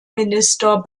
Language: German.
minister